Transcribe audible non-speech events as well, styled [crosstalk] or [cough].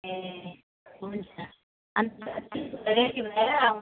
ए हुन्छ अनि त [unintelligible]